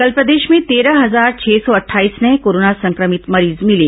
कल प्रदेश में तेरह हजार छह सौ अटठाईस नये कोरोना संक्रमित मरीज मिले